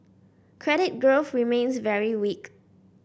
credit growth remains very weak